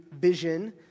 vision